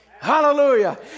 Hallelujah